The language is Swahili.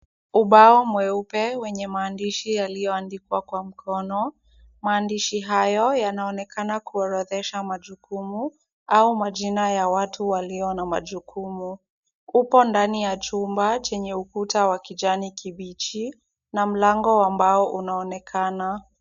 Ubao mweupe wenye maandishi yalioandikwa kwa mkono. Maandishi hayo yanaokana kuorodhesha majukumu au majina ya watu walio na majukumu huko ndani ya chumba chenye utuka wa kijani kibichi na mlango wa mbao unaonekana.